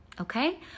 Okay